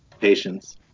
patients